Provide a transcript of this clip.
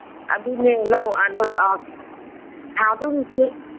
ꯑꯗꯨꯅꯦ ꯊꯥꯗꯧꯔꯤꯁꯤ